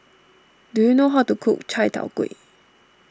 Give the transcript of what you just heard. do you know how to cook Chai Tow Kuay